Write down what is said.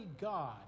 God